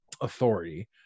authority